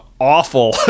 awful